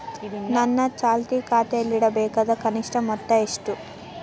ನನ್ನ ಚಾಲ್ತಿ ಖಾತೆಯಲ್ಲಿಡಬೇಕಾದ ಕನಿಷ್ಟ ಮೊತ್ತ ಎಷ್ಟು?